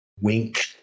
wink